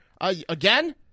again